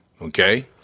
Okay